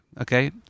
Okay